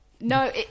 No